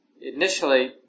initially